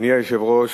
אדוני היושב-ראש,